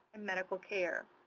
and medical care.